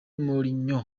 mourinho